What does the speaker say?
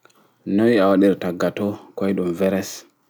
Noi a waɗirta gato koiɗum veres